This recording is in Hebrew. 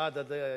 ועד הדיירים.